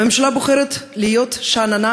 הממשלה בוחרת להיות שאננה,